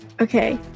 okay